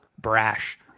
brash